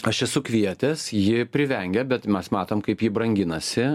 aš esu kvietęs ji privengia bet mes matom kaip ji branginasi